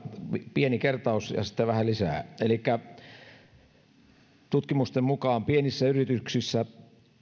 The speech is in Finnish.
pieni kertaus ja sitten vähän lisää tutkimusten mukaan pienissä yrityksissä